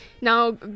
Now